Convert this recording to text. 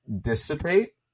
dissipate